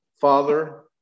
Father